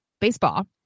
baseball